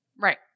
Right